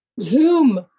Zoom